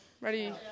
Ready